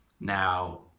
Now